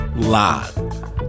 live